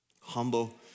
Humble